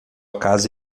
casa